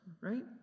Right